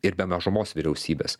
ir be mažumos vyriausybės